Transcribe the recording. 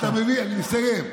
אני מסיים.